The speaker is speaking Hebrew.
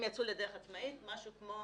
הם יצאו לדרך עצמאית משהו כמו